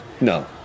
No